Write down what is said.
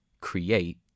create